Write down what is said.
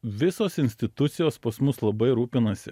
visos institucijos pas mus labai rūpinasi